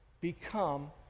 become